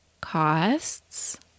costs